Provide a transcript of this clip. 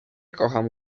kocham